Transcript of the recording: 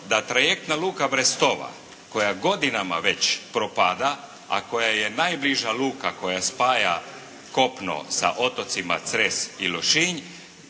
da trajektna luka Brestova koja godinama već propada, a koja je najbliža luka koja spaja kopno sa otocima Cres i Lošinj,